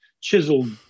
chiseled